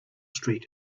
street